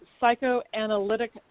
psychoanalytic